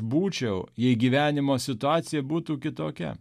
būčiau jei gyvenimo situacija būtų kitokia